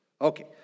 Okay